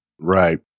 Right